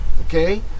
okay